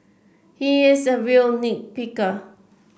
he is a real nit picker